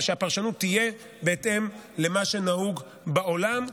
הפרשנות תהיה בהתאם למה שנהוג בעולם,